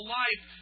life